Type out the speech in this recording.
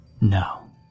No